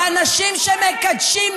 ובאלה אתם תומכים.